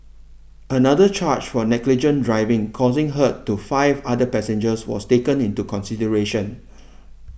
another charge for negligent driving causing hurt to five other passengers was taken into consideration